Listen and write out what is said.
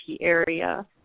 area